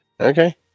Okay